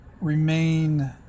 remain